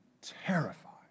terrified